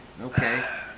okay